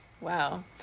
Wow